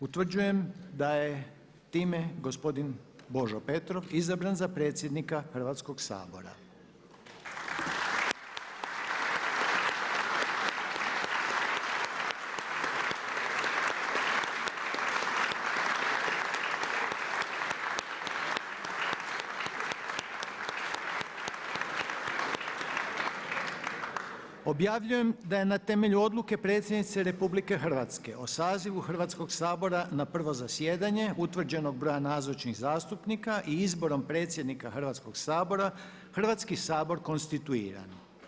Utvrđujem da je time gospodin Božo Petrov izabran za predsjednika Hrvatskoga sabora. Objavljujem da je na temelju odluke predsjednice Republike Hrvatske o sazivu Hrvatskoga sabora na prvo zasjedanje utvrđenog broja nazočnih zastupnika i izborom predsjednika Hrvatskoga sabora, Hrvatski sabor konstituiran.